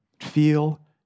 feel